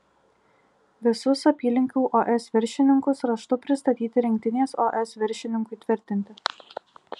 visus apylinkių os viršininkus raštu pristatyti rinktinės os viršininkui tvirtinti